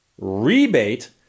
rebate